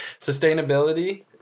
sustainability